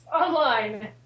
online